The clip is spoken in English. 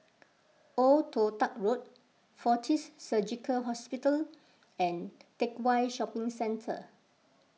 Old Toh Tuck Road Fortis Surgical Hospital and Teck Whye Shopping Centre